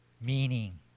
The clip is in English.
meaning